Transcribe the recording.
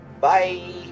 Bye